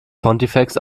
pontifex